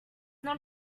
not